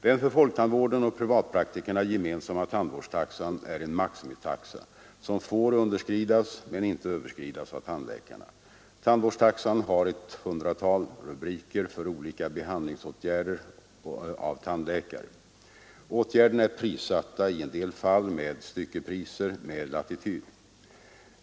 Den för folktandvården och privatpraktikerna gemensamma tandvårdstaxan är en maximitaxa, som får underskridas men inte överskridas av tandläkaren. Tandvårdstaxan har ett hundratal rubriker för olika behandlingsåtgärder av tandläkare. Åtgärderna är prissatta, i en del fall med styckepriser med latitud.